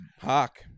Hawk